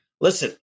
Listen